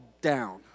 down